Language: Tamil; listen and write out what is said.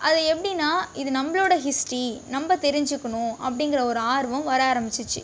அது எப்படின்னா இது நம்பளோடய ஹிஸ்ட்ரி நம்ப தெரிஞ்சுக்கணும் அப்படிங்கிற ஒரு ஆர்வம் வர ஆரம்பிச்சுச்சு